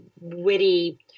witty